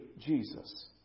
Jesus